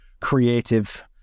creative